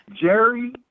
Jerry